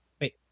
wait